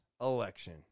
election